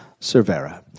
Cervera